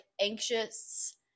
anxious